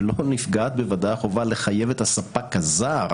ולא נפגעת בוודאי החובה לחייב את הספק הזר